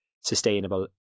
sustainable